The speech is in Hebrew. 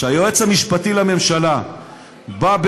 כשהיועץ המשפטי לממשלה בא,